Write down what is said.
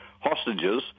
hostages